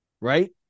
right